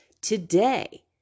today